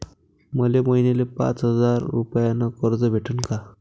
मले महिन्याले पाच हजार रुपयानं कर्ज भेटन का?